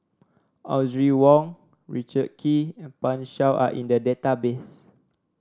Audrey Wong Richard Kee and Pan Shou are in the database